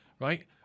right